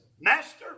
Master